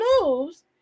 moves